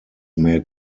made